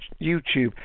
YouTube